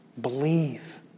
Believe